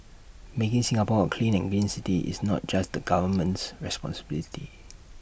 making Singapore A clean and green city is not just the government's responsibility